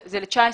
זה ל-2019.